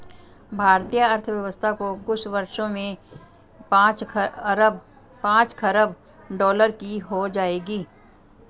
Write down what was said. भारतीय अर्थव्यवस्था कुछ वर्षों में पांच खरब डॉलर की हो जाएगी